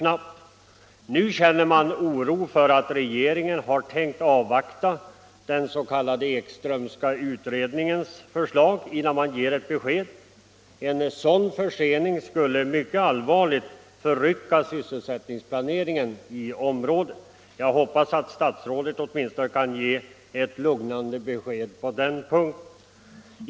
Nu känner man oro för att regeringen har tänkt avvakta den s.k. Ekströmska utredningens förslag innan man ger ett besked. En sådan försening skulle mycket allvarligt förrycka sysselsättningsplaneringen i området. Jag hoppas att statsrådet kan ge ett lugnande besked åtminstone på den punkten.